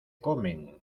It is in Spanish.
comen